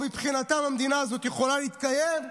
מבחינתם המדינה הזאת יכולה להתקיים,